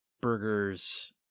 burgers